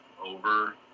over